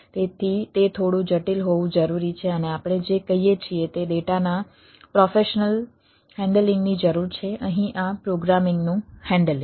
તેથી તે થોડું જટિલ હોવું જરૂરી છે અને આપણે જે કહીએ છીએ તે ડેટાના પ્રોફેશનલ હેન્ડલિંગ ની જરૂર છે અહીં આ પ્રોગ્રામિંગનું હેન્ડલિંગ